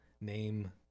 name